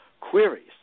queries